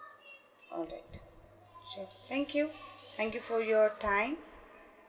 all right check thank you thank you for your time